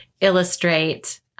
illustrate